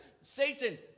Satan